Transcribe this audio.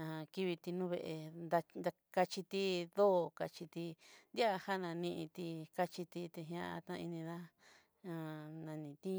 ajan kutí nuve'e da- da kaxhiti dó'o kaxhiti diajan ñanití kaxhiti tidiaja nanití.